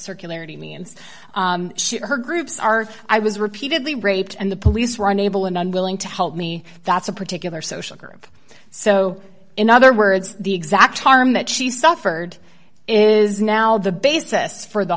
circularity me and her groups are i was repeatedly raped and the police were unable and unwilling to help me that's a particular social group so in other words the exact harm that she suffered is now the basis for the